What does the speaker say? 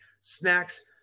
snacks